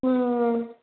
ம் ம்